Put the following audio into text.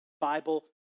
Bible